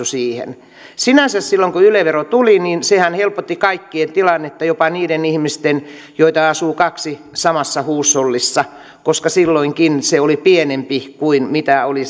siihen sinänsä silloin kun yle vero tuli sehän helpotti kaikkien tilannetta jopa niiden ihmisten joita asuu kaksi samassa huushollissa koska silloinkin se oli pienempi kuin mitä oli